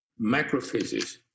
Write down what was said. macrophages